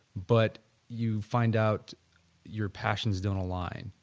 but you find out your passions down align,